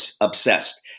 obsessed